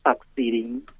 succeeding